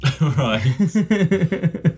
Right